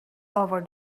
over